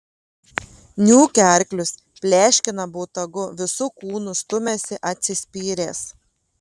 niūkia arklius pleškina botagu visu kūnu stumiasi atsispyręs